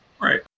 Right